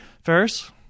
ferris